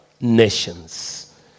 nations